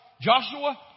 Joshua